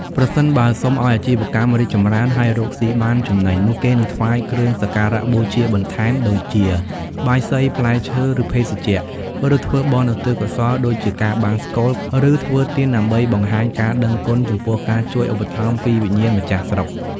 ប្រសិនបើសុំឲ្យអាជីវកម្មរីកចម្រើន ហើយរកស៊ីបានចំណេញ នោះគេនឹងថ្វាយគ្រឿងសក្ការៈបូជាបន្ថែម ដូចជា បាយសី ផ្លែឈើ ឬភេសជ្ជៈ ឬធ្វើបុណ្យឧទ្ទិសកុសល ដូចជាការបង្សុកូល ឬធ្វើទាន ដើម្បីបង្ហាញការដឹងគុណចំពោះការជួយឧបត្ថម្ភពីវិញ្ញាណម្ចាស់ស្រុក។